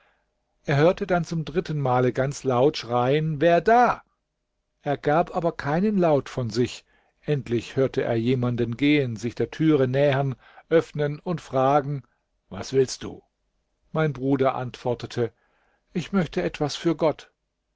er hörte dann zum drittenmale ganz laut schreien wer da er gab aber keinen laut von sich endlich hörte er jemanden gehen sich der türe nähern öffnen und fragen was willst du mein bruder antwortete ich möchte etwas für gott